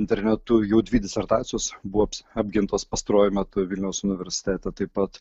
internetu jų dvi disertacijos buvo apgintos pastaruoju metu vilniaus universiteto taip pat